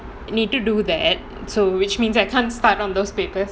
need to do that so which means I can't start on those papers